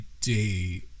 day